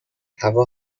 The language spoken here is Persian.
هوا